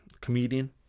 comedian